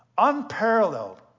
unparalleled